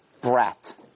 brat